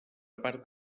part